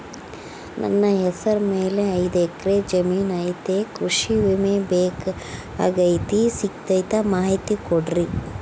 ನನ್ನ ಹೆಸರ ಮ್ಯಾಲೆ ಐದು ಎಕರೆ ಜಮೇನು ಐತಿ ಕೃಷಿ ವಿಮೆ ಬೇಕಾಗೈತಿ ಸಿಗ್ತೈತಾ ಮಾಹಿತಿ ಕೊಡ್ರಿ?